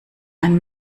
ein